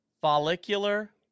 Follicular